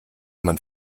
man